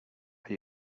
are